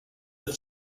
have